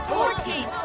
Fourteen